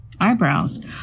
eyebrows